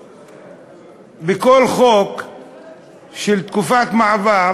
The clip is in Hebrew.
בכל חוק של תקופת מעבר,